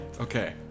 Okay